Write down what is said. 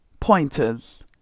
pointers